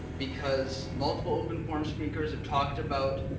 because multiple open forum speakers have talked about